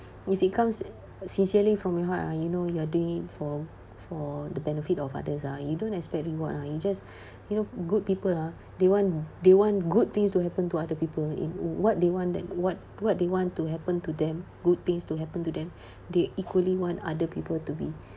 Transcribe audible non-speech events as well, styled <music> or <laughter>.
if it comes sincerely from your heart ah you know you are doing for for the benefit of others ah you don't expect reward ah you just <breath> you know good people ah they want they want good things to happen to other people in what they want that what what they want to happen to them good things to happen to them <breath> they equally want other people to be